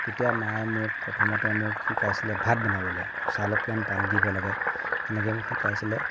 তেতিয়া মায়ে মোক প্ৰথমতে মোক শিকাইছিলে ভাত বনাবলে চাউলত কিমান পানী দিব লাগে তেনেকে মোক শিকাইছিলে